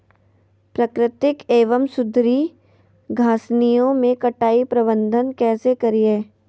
प्राकृतिक एवं सुधरी घासनियों में कटाई प्रबन्ध कैसे करीये?